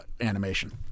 animation